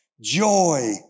joy